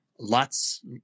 Lots